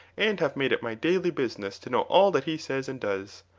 and have made it my daily business to know all that he says and does.